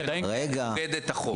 רגע.